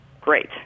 great